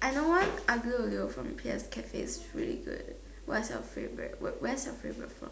I know one Aglio-Olio from PS Cafe is really good what's your favourite where's your favourite from